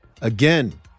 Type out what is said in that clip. Again